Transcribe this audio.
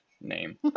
name